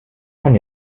kann